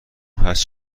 هست